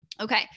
Okay